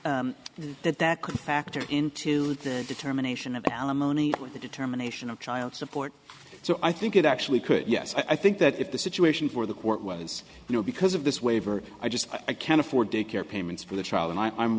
could that that could factor into the determination of alimony or the determination of child support so i think it actually could yes i think that if the situation for the court was you know because of this waiver i just i can't afford daycare payments for the child and i